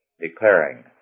declaring